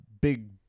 big